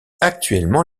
actuellement